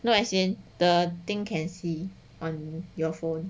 no as in the thing can see on your phone